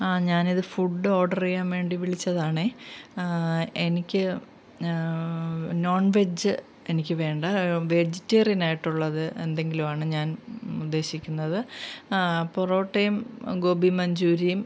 ആ ഞാനിത് food order ചെയ്യാൻ വേണ്ടി വിളിച്ചതാണേ എനിക്ക് നോൺ വെജ് എനിക്കു വേണ്ട വെജിറ്റേറിയനായിട്ടുള്ളത് എന്തെങ്കിലും ആണ് ഞാൻ ഉദ്ദേശിക്കുന്നത് ആ പൊറോട്ടയും ഗോബി മഞ്ചൂരിയും